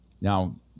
Now